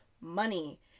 money